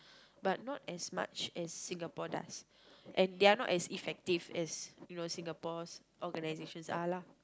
but not as much as Singapore does and they are not as effective as you know Singapore organisations are lah